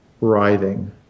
writhing